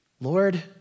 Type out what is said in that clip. Lord